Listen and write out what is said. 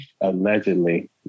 Allegedly